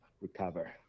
recover